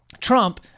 Trump